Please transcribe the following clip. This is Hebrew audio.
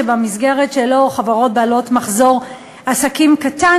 שבמסגרת שלו חברות בעלות מחזור עסקים קטן